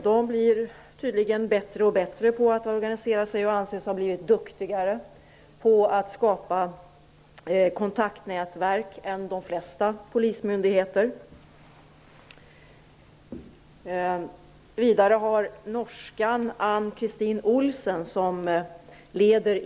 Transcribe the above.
De blir tydligen bättre och bättre på att organisera sig och anses ha blivit duktigare på att skapa kontaktnätverk än de flesta polismyndigheter.